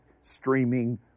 streaming